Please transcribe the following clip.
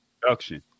production